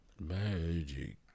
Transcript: magic